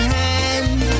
hand